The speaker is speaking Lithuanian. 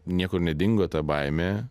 niekur nedingo ta baimė